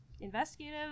investigative